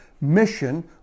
mission